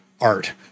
art